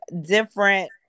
different